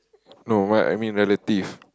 no what I mean relative